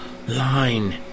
Line